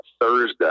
Thursday